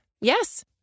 Yes